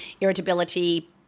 irritability